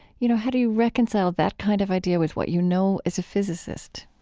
you know, how do you reconcile that kind of idea with what you know as a physicist